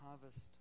harvest